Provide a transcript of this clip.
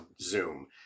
Zoom